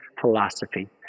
philosophy